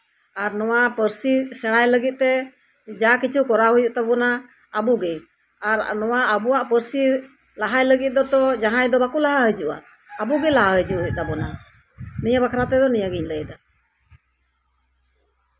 ᱟᱨ ᱱᱚᱣᱟ ᱯᱟᱹᱨᱥᱤ ᱥᱮᱲᱟᱭ ᱞᱟᱹᱜᱤᱫᱛᱮ ᱡᱟ ᱠᱤᱪᱷᱩ ᱠᱚᱨᱟᱣ ᱦᱩᱭᱩᱜ ᱛᱟᱵᱳᱱᱟ ᱟᱵᱳᱜᱮ ᱟᱨ ᱟᱵᱳᱱᱟᱜ ᱞᱟᱦᱟᱭ ᱞᱟᱹᱜᱤᱫ ᱛᱮ ᱡᱟᱸᱦᱟᱭ ᱫᱚ ᱵᱟᱠᱚ ᱞᱟᱦᱟ ᱦᱤᱡᱩᱜᱼᱟ ᱟᱵᱚ ᱜᱮ ᱞᱟᱦᱟ ᱦᱤᱡᱩᱜ ᱦᱩᱭᱩᱜ ᱛᱟᱵᱳᱱᱟ ᱱᱤᱭᱟᱹ ᱵᱟᱠᱷᱨᱟ ᱛᱮᱫᱚ ᱱᱤᱭᱟᱹ ᱜᱤᱧ ᱞᱟᱹᱭ ᱫᱟ